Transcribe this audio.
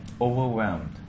overwhelmed